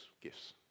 gifts